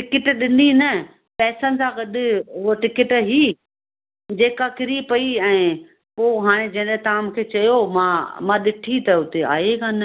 ticket ॾिनी न पैसनि सां गॾु उहा टिकट ई जेका किरी पई ऐं पोइ हाणे जॾहिं तव्हां मूंखे चयो मां मां ॾिठी त उते आहे कान